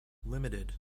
limited